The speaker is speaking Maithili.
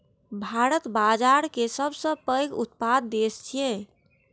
भारत बाजारा के सबसं पैघ उत्पादक देश छियै